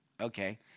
okay